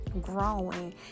growing